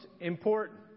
important